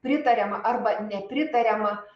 pritariama arba nepritariama